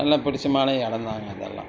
நல்ல பிடிச்சமான இடந்தாங்க அதெல்லாம்